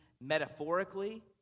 metaphorically